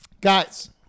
Guys